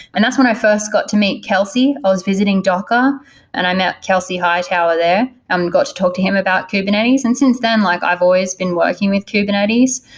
and that's when i first got to meet kelsey. i was visiting docker and i met kelsey hightower there. um got to talk to him about kubernetes, and since then like i've i've always been working with kubernetes.